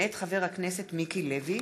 מאת חבר הכנסת מיקי לוי,